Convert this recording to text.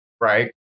Right